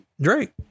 Drake